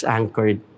anchored